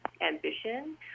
ambition